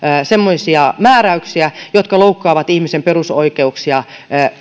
semmoisia määräyksiä jotka loukkaavat ihmisen perusoikeuksia